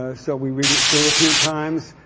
ah so we read it through a few times.